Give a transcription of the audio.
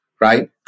right